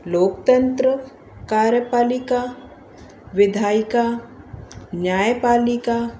लोकतंत्र कार्यपालिका विधाइका न्यायपालिका